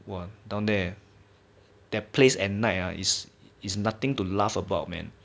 !wah! down there that place at night ah is is nothing to laugh about man